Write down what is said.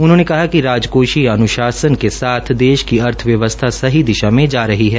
उन्होंने कहा कि राजकोषीय अन्शासन के साथ देश की अर्थव्यवस्था सही दिश मे जा रही है